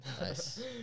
Nice